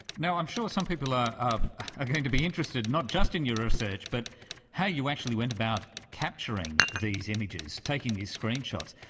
i'm sure some people are um ah going to be interested not just in your research but how you actually went about capturing these images, taking these screenshots.